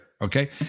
Okay